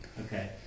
Okay